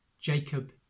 Jacob